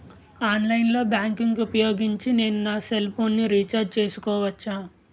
Online banking ఊపోయోగించి నేను నా సెల్ ఫోను ని రీఛార్జ్ చేసుకోవచ్చా?